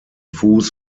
fuß